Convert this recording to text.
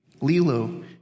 Lilo